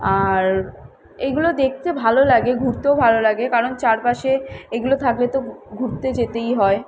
আর এইগুলো দেখতে ভালো লাগে ঘুরতেও ভালো লাগে কারণ চারপাশে এইগুলো থাকলে তো ঘুরতে যেতেই হয়